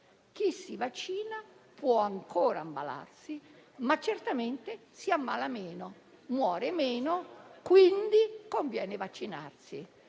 chi si vaccina può ancora ammalarsi, ma certamente si ammala meno, muore meno e, quindi, conviene vaccinarsi.